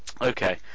Okay